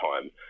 time